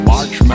March